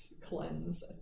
cleanse